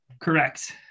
Correct